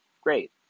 great